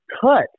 cut